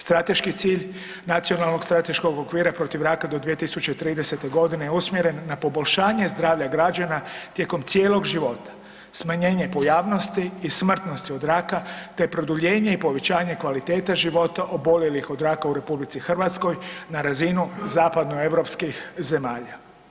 Strateški cilj Nacionalnog strateškog okvira protiv raka do 2030.g. je usmjeren na poboljšanje zdravlja građana tijekom cijelog života, smanjenje pojavnosti i smrtnosti od raka, te produljenje i povećanje kvalitete života oboljelih od raka u RH na razinu zapadnoeuropskih zemalja.